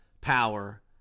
power